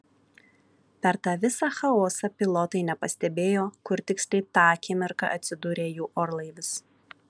per tą visą chaosą pilotai nepastebėjo kur tiksliai tą akimirką atsidūrė jų orlaivis